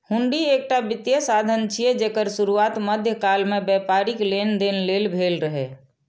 हुंडी एकटा वित्तीय साधन छियै, जेकर शुरुआत मध्यकाल मे व्यापारिक लेनदेन लेल भेल रहै